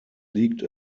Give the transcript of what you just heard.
liegt